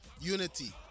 unity